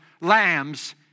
lambs